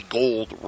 gold